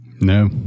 No